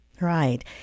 Right